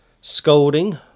scolding